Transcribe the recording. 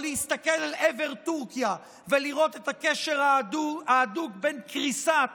או להסתכל על עבר טורקיה ולראות את הקשר ההדוק בין קריסת